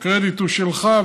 הקרדיט הוא שלך,